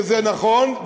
וזה נכון,